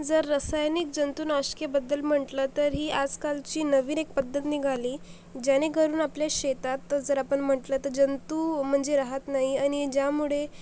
जर रासायनिक जंतुनाशकाबद्दल म्हटलं तर ही आजकालची नवीन एक पद्धत निघाली जेणेकरून आपले शेतात तर जर आपण म्हटलं तर जंतू म्हणजे राहत नाही आणि ज्यामुळे